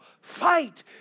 Fight